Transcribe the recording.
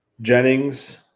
Jennings